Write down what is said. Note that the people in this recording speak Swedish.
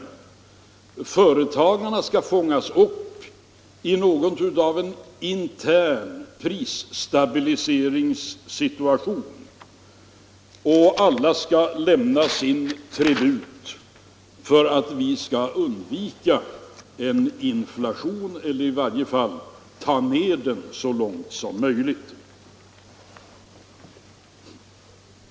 Företagarna skall fångas upp i något av en intern prisstabiliseringsaktion, och alla skulle lämna sin tribut för att vi skall undvika en inflationsökning eller i varje fall ta ner den så långt som möjligt.